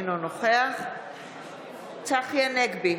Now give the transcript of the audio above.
אינו נוכח צחי הנגבי,